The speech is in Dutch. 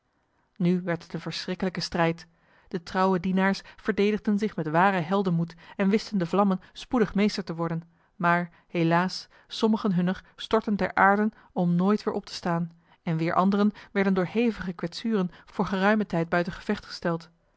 nu werd het een verschrikkelijke strijd de trouwe dienaars verdedigden zich met waren heldenmoed en wisten de vlammen spoedig meester te worden maar helaas sommigen hunner stortten ter aarde om nooit weer op te staan en weer anderen werden door hevige kwetsuren voor geruimen tijd buiten gevecht gesteld